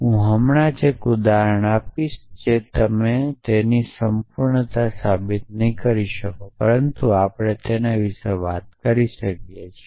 હું હમણાં જ એક ઉદાહરણ આપીશ કે તમે તેમની સંપૂર્ણતાને સાબિત નહીં કરો પરંતુ આપણે તેના વિશે વાત કરી શકીએ છીએ